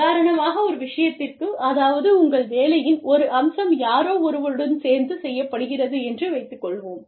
உதாரணமாக ஒரு விஷயத்திற்கு அதாவது உங்கள் வேலையின் ஒரு அம்சம் யாரோ ஒருவருடன் சேர்ந்து செய்யப்படுகிறது என்று வைத்துக்கொள்வோம்